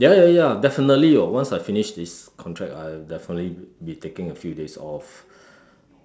ya ya ya definitely [what] once I finish this contract I'll definitely be taking a few days off